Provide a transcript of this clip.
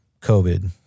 COVID